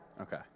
Okay